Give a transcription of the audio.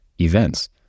events